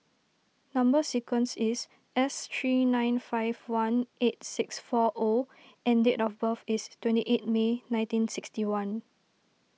Number Sequence is S three nine five one eight six four O and date of birth is twenty eight May nineteen sixty one